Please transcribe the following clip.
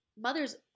mother's